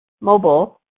mobile